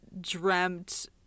dreamt